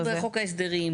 אנחנו בחוק ההסדרים,